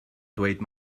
dweud